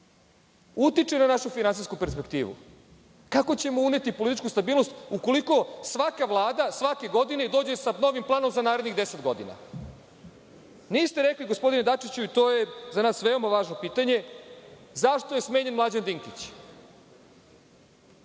utiče na našu finansijsku perspektivu? Kako ćemo uneti političku stabilnost ukoliko svaka Vlada svake godine dođe sa novim planom za narednih 10 godina. Niste rekli gospodine Dačiću, i to je za nas veoma važno pitanje - Zašto je smenjen Mlađan Dinkić?